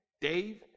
Dave